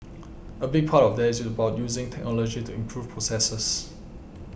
a big part of that is about using technology to improve processes